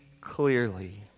clearly